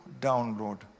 download